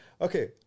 Okay